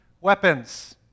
weapons